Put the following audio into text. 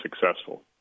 successful